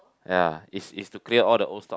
ya is is to clear all the old stock